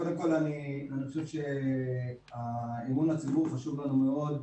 קודם כול, אני חושב שאמון הציבור חשוב לנו מאוד.